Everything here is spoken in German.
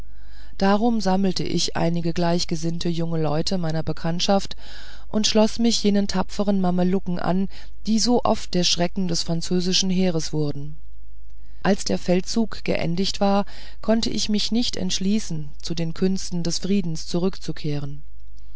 darum sammelte ich einige gleichgesinnte junge leute meiner bekanntschaft und schloß mich jenen tapfern mamelucken an die so oft der schrecken des französischen heeres wurden als der feldzug beendigt war konnte ich mich nicht entschließen zu den künsten des friedens zurückzukehren